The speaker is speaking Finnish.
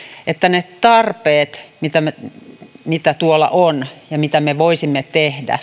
että ne tarpeet ja tavoitteet mitä tuolla on ja mitä me voisimme tehdä